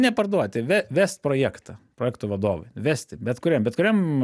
neparduoti ve vest projektą projekto vadovui vesti bet kuriam bet kuriam